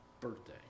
birthday